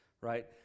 right